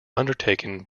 undertaken